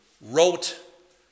wrote